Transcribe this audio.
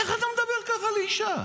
איך אתה מדבר ככה לאישה?